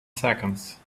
seconds